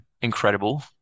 incredible